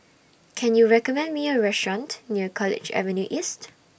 Can YOU recommend Me A Restaurant near College Avenue East